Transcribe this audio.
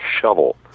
shovel